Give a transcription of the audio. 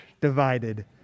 divided